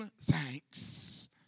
thanks